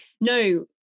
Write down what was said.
no